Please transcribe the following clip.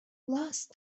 lost